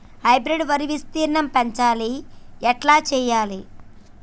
Hybrid వరి విస్తీర్ణం పెంచాలి ఎట్ల చెయ్యాలి?